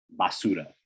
basura